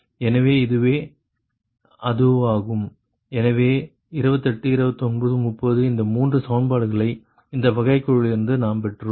எனவே இதுவே அதுவாகும் எனவே 28 29 30 இந்த மூன்று சமன்பாடுகளை இந்த வகைக்கெழுவிலிருந்து நாம் பெற்றோம்